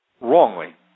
wrongly